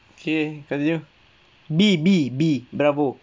okay continue B B B bravo